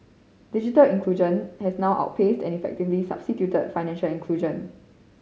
digital inclusion has now outpaced and effectively substituted financial inclusion